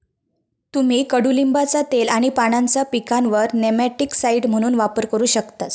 तुम्ही कडुलिंबाचा तेल आणि पानांचा पिकांवर नेमॅटिकसाइड म्हणून वापर करू शकतास